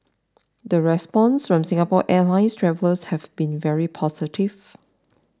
the response from Singapore Airlines travellers has been very positive